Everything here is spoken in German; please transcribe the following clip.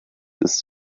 ist